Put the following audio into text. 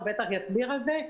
הוא בטח יסביר על זה.